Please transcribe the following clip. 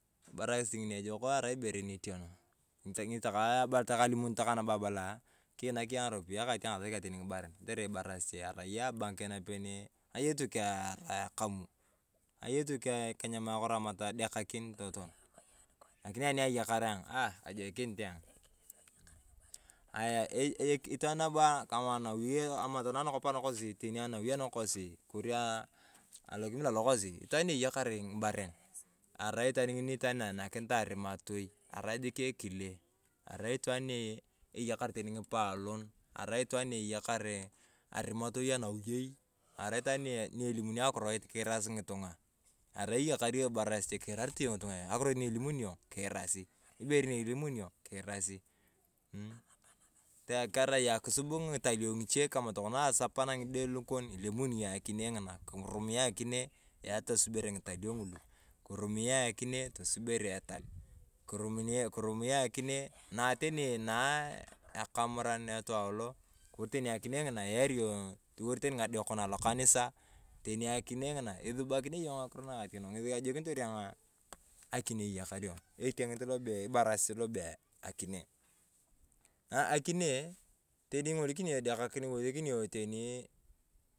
Ibarasil ng'oni ejok arai niteno. Ng'esi take abala alimoni takaa abala, kiinau yong ng'aropeyae kaa atieng asakia yong tani ng’ibaren kotere ibarasil arai abank napeni ng’aye tu kear akamu. Ng’aye tu kenyam akoro ama todekakin toton. Lakinia ani ayakar ayong, aah ajekinitayong. Ng’aye itwaan nabo a keng’o anawi ama tanang nakop nakosi, teni anawi anakosi kori a alokimila alokosi, itwaan ni eyakare ng’ibaren, arai itwaan ng'oni itwaan ni enakinitae arimatoi. Arai jik ekile itwaani ni eyakare teni ng’ipolon arai itwaan ni eyakare arimatoi anawiyei, arai itwaan ni ilimuni akuroit kiirasi ng’itong’a. Arai iyakar yong ibarasil, kiirarete yong ng’itung'a. Akuroit na ilimuni yong, kiirasi, ibere ni ilimuni yong kiirasi. Kerai akisub ng’italio ng’iche kama to kona asapan ang’ide kon ilemuni yong akinee ng'inaa kirumia akinee yaa tosubere ng’italio ng’ulu. Kirumia akinee tosubere etali, kirumia akinee naa teni naa ekamuran etalio kotere tani akinee ng'inaa eyaar yong toliwor tani ng’adekon alokanisa, teni akinee ngina esubakinea yong ng’akiro naa ateenok ng’esi ajekinitor ayong akinee iyakar yong. Etieng'it lo bee akinee. Akinee teni king’oliknyong idekakini ewasekiniiii.